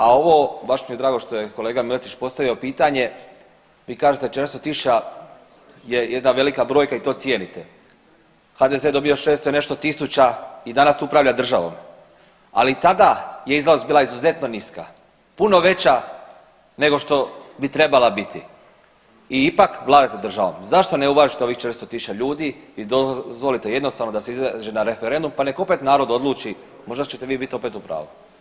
A ovo, baš mi je drago što je kolega Miletić postavio pitanje, vi kažete 400 tisuća je jedna velika brojka i to cijenite, HDZ je dobio 600 i nešto tisuća i danas upravlja državom, ali i tada je izlaznost bila izuzetno niska, puno veća nego što bi trebala biti i ipak vladate državom, zašto ne uvažite ovih 400 tisuća ljudi i dozvolite jednostavno da se izađe na referendum, pa nek opet narod odluči, možda ćete vi bit opet u pravu.